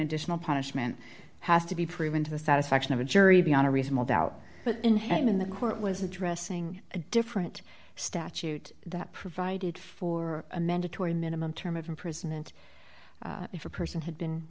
additional punishment has to be proven to the satisfaction of a jury beyond a reasonable doubt but inherent in the court was addressing a different statute that provided for a mandatory minimum term of imprisonment if a person had been